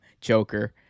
joker